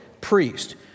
priest